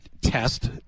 test